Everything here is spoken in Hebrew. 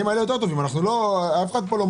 כן.